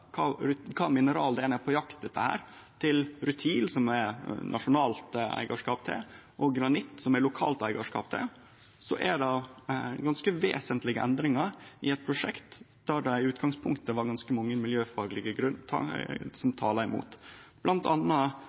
kva mineral ein er på jakt etter her, til rutil, som det er nasjonalt eigarskap til, og granitt, som det er lokalt eigarskap til, er det ganske vesentlege endringar i eit prosjekt der det i utgangspunktet var ganske mange miljøfaglege grunnar som tala imot,